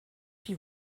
die